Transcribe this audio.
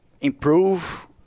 improve